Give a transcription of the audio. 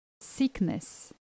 sickness